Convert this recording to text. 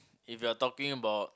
if you're talking about